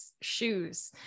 shoes